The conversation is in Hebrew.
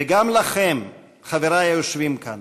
וגם לכם, חברי היושבים כאן,